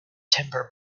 timber